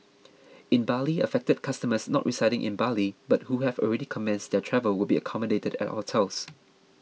in Bali affected customers not residing in Bali but who have already commenced their travel will be accommodated at hotels